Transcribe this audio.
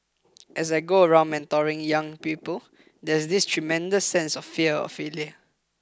as I go around mentoring young people there's this tremendous sense of fear of failure